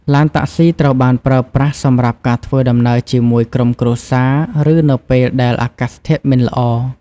ឡានតាក់ស៊ីត្រូវបានប្រើប្រាស់សម្រាប់ការធ្វើដំណើរជាមួយក្រុមគ្រួសារឬនៅពេលដែលអាកាសធាតុមិនល្អ។